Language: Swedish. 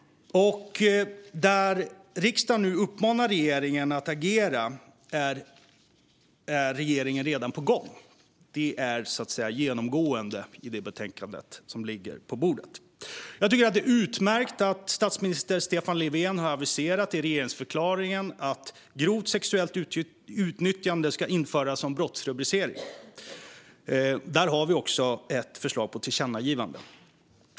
Där riksdagen nu uppmanar regeringen att agera är regeringen redan på gång. Detta är genomgående i det betänkande som ligger på bordet. Jag tycker att det är utmärkt att statsminister Stefan Löfven har aviserat i regeringsförklaringen att grovt sexuellt utnyttjande ska införas som brottsrubricering. Där har vi ett förslag till tillkännagivande.